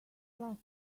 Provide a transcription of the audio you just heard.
last